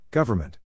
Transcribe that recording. Government